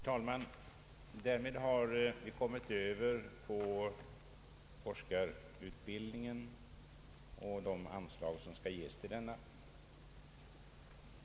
Herr talman! Vi har nu kommit över på frågan om forskarutbildningen och de anslag som skall ges till denna.